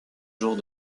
jours